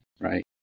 Right